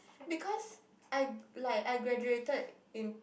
because I like I graduated in